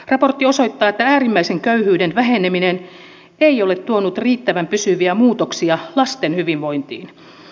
raportti osoittaa että äärimmäisen köyhyyden väheneminen ei ole tuonut riittävän pysyviä muutoksia lasten hyvinvointiin